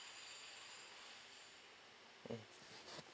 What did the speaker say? mm